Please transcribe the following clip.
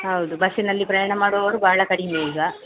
ಹೌದು ಬಸ್ಸಿನಲ್ಲಿ ಪ್ರಯಾಣ ಮಾಡುವವರು ಬಹಳ ಕಡಿಮೆ ಈಗ